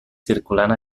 circulant